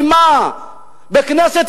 מאה אחוז.